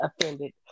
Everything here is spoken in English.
offended